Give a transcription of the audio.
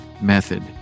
method